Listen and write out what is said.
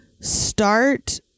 start